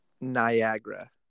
Niagara